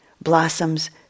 blossoms